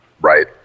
right